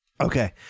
Okay